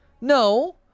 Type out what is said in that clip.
No